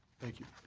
thank you.